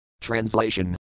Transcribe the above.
Translation